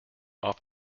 off